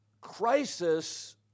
crisis